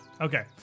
Okay